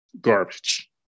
Garbage